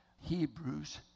Hebrews